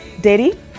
daddy